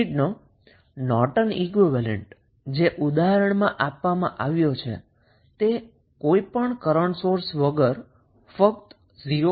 સર્કિટનો Norton equivalent જે ઉદાહરણમાં આપવામાં આવ્યો છે તે કોઈપણ કરન્ટ સોર્સ વગર ફક્ત 0